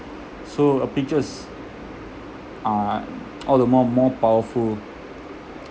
so a picture is uh all the more more powerful